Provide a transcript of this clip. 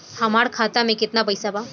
हमार खाता मे केतना पैसा बा?